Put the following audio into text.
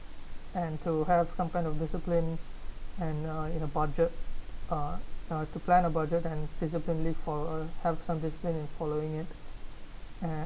and to have some kind of discipline and uh in a budget uh uh to plan a budget and basically for uh have some discipline in following it and